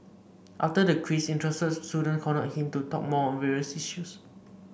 after the quiz interested student cornered him to talk more on various issues